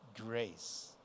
grace